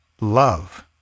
love